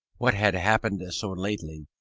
what had happened so lately,